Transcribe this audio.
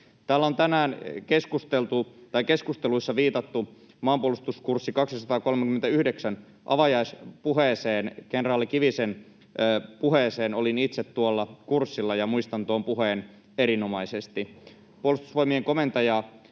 Täällä on tänään keskusteluissa viitattu maanpuolustuskurssi 239:n avajaispuheeseen, kenraali Kivisen puheeseen. Olin itse tuolla kurssilla ja muistan tuon puheen erinomaisesti. Puolustusvoimien komentaja